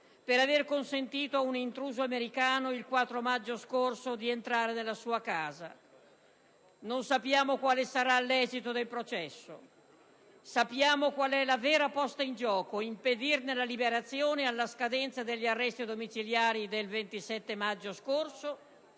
per aver consentito ad un intruso americano, il 4 maggio scorso, di entrare nella sua casa. Non sappiamo quale sarà l'esito del processo; sappiamo qual è la vera posta in gioco: impedirne la liberazione alla scadenza degli arresti domiciliari del 27 maggio scorso